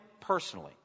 personally